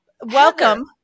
welcome